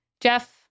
Jeff